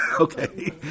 Okay